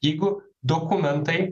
jeigu dokumentai